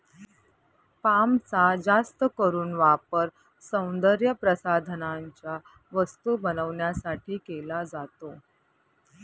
पामचा जास्त करून वापर सौंदर्यप्रसाधनांच्या वस्तू बनवण्यासाठी केला जातो